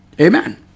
amen